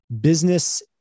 business